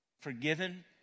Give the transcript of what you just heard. Forgiven